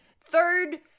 third